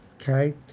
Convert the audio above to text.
Okay